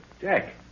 Jack